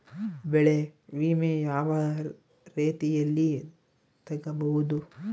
ಬೆಳೆ ವಿಮೆ ಯಾವ ರೇತಿಯಲ್ಲಿ ತಗಬಹುದು?